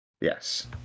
Yes